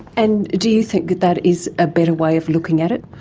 and do you think that is a better way of looking at it?